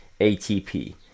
atp